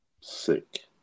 Sick